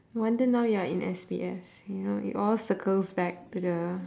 no wonder now you are in S_P_F you know it all circles back to the